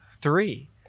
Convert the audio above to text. three